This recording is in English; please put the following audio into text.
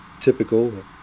typical